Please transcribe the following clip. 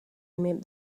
made